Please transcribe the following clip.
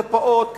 מרפאות,